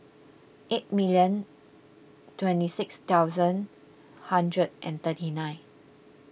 eight million twenty six thousand hundred and thirty nine